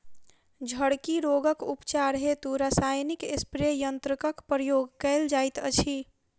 झड़की रोगक उपचार हेतु रसायनिक स्प्रे यन्त्रकक प्रयोग कयल जाइत अछि